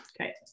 okay